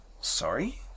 Sorry